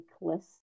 list